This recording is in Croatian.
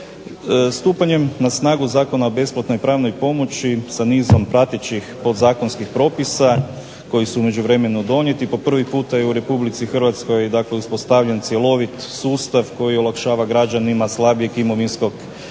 Stupanjem na snagu zakona o besplatnoj pravnoj pomoći sa nizom pratećih podzakonskih propisa koji su u međuvremenu Republici Hrvatskoj dakle uspostavljen cjelovit sustav koji olakšava građanima slabijeg imovinskog